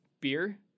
beer